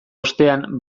ostean